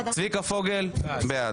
צביקה פוגל בעד,